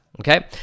Okay